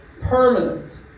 permanent